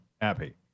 Happy